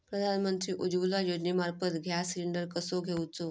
प्रधानमंत्री उज्वला योजनेमार्फत gas cylinder कसो घेऊचो?